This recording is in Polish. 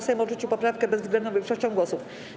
Sejm odrzucił poprawkę bezwzględną większością głosów.